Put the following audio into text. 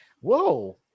Whoa